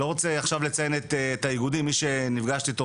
אני לא רוצה עכשיו לציין את האיגודים שנפגשתי איתם,